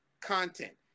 content